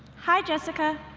hi, jessica.